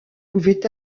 pouvaient